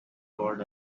called